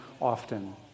often